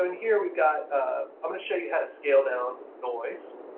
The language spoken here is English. um here, we got i'm going to show you how to scale down noise.